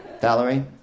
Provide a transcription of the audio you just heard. Valerie